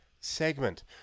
segment